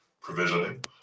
provisioning